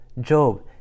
Job